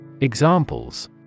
Examples